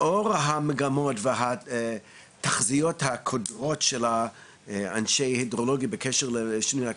לאור המגמות והתחזיות הקודרות של אנשי ההידרולוגיה בקשר לשינויי האקלים,